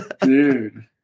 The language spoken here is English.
Dude